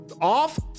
Off